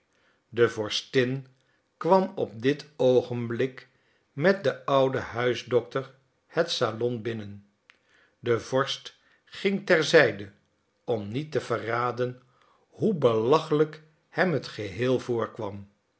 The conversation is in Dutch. de vorstin kwam op dit oogenblik met den ouden huisdokter het salon binnen de vorst ging ter zijde om niet te verraden hoe belachelijk hem het geheel voorkwam